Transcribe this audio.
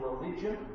religion